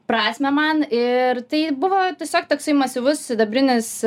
prasmę man ir tai buvo tiesiog toksai masyvus sidabrinis